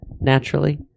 Naturally